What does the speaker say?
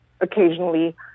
occasionally